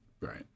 right